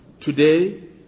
Today